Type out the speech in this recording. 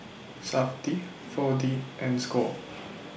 Safti four D and SCORE